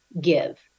give